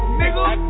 nigga